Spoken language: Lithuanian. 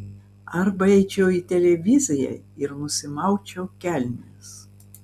arba eičiau į televiziją ir nusimaučiau kelnes